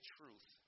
truth